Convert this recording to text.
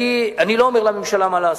אני לא אומר לממשלה מה לעשות,